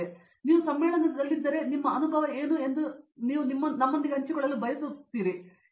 ಆದ್ದರಿಂದ ನೀವು ಸಮ್ಮೇಳನದಲ್ಲಿದ್ದರೆ ಮತ್ತು ನಿಮ್ಮ ಅನುಭವ ಏನು ಎಂದು ನೀವು ನಮ್ಮೊಂದಿಗೆ ಹಂಚಿಕೊಳ್ಳಲು ಬಯಸುತ್ತಿದ್ದೆವು